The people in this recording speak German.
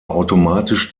automatisch